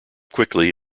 quickly